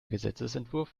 gesetzesentwurf